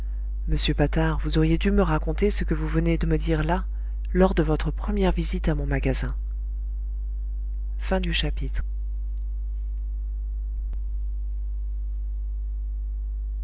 monsieur patard vous auriez dû me raconter ce que vous venez de me dire là lors de votre première visite à mon magasin